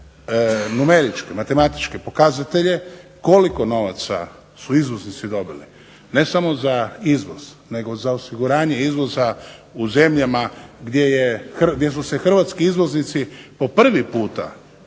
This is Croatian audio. numeričke, matematičke pokazatelje koliko novaca su izvoznici dobili, ne samo za izvoz nego za osiguranje izvoza u zemljama gdje su se hrvatski izvoznici po prvi puta